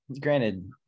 granted